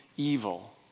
Evil